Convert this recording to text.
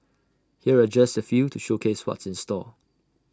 here are just A few to showcase what's in store